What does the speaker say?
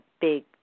big